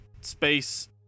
space